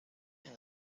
and